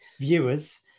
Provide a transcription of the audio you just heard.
viewers